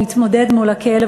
הוא התמודד מול הכלב,